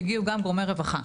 ויגיעו גם גורמי רווחה.